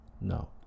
No